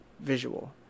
visual